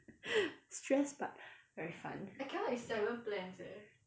stress but very fun